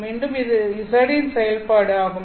மீண்டும் இது z இன் செயல்பாடு ஆகும்